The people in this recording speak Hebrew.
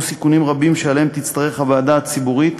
סיכונים רבים שעליהם תצטרך הוועדה הציבורית